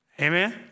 Amen